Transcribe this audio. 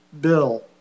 bill